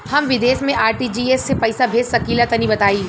हम विदेस मे आर.टी.जी.एस से पईसा भेज सकिला तनि बताई?